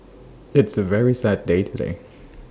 it's A very sad day today